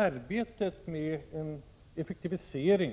Arbetet med att effektivisera